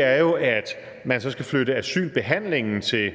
er, at man så skal flytte asylbehandlingen til